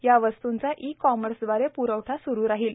या वस्तूंचा e commerce दवारे प्रवठा सुरू राहील